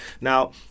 Now